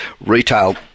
retail